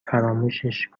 فراموشش